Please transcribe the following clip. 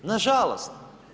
Na žalost.